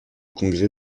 congrès